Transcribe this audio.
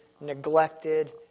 neglected